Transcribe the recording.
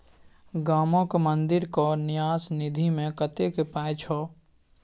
गामक मंदिरक न्यास निधिमे कतेक पाय छौ